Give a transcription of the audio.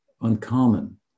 uncommon